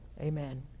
Amen